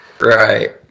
Right